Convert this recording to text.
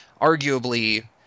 arguably